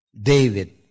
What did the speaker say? David